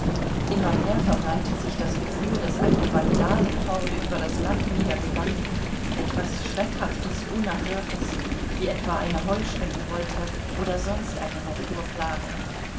immer mehr verbreitet sich das gefühl daß eine vandalenhorde über das land niedergegangen etwas schreckhaftes unerhörtes wie etwa eine heuschreckenwolke oder sonst eine naturplage